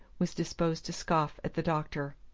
was disposed to scoff at the doctor.